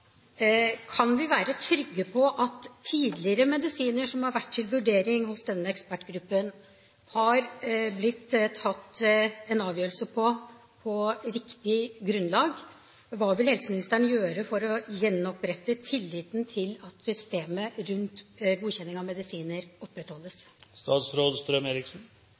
Kan vi være trygge på at det har blitt tatt en avgjørelse på riktig grunnlag når det gjelder tidligere medisiner som har vært til vurdering hos denne ekspertgruppen? Og hva vil helseministeren gjøre for å gjenopprette tilliten til at systemet rundt godkjenning av medisiner